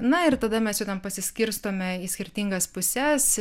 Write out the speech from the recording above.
na ir tada mes jau ten pasiskirstome į skirtingas puses